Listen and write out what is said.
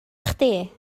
chdi